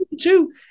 two